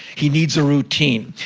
he needs a routine.